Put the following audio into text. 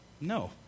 No